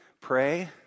Pray